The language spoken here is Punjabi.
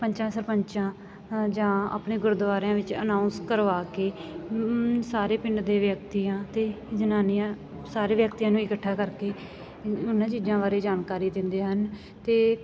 ਪੰਚਾਂ ਸਰਪੰਚ ਜਾਂ ਆਪਣੇ ਗੁਰਦੁਆਰਿਆਂ ਵਿੱਚ ਅਨਾਊਂਸ ਕਰਵਾ ਕੇ ਸਾਰੇ ਪਿੰਡ ਦੇ ਵਿਅਕਤੀਆਂ ਅਤੇ ਜਨਾਨੀਆਂ ਸਾਰੇ ਵਿਅਕਤੀਆਂ ਨੂੰ ਇਕੱਠਾ ਕਰਕੇ ਉਹਨਾਂ ਚੀਜ਼ਾਂ ਬਾਰੇ ਜਾਣਕਾਰੀ ਦਿੰਦੇ ਹਨ ਅਤੇ